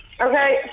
Okay